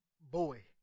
Boy